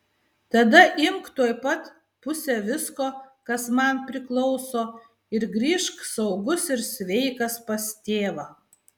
tada imk tuoj pat pusę visko kas man priklauso ir grįžk saugus ir sveikas pas tėvą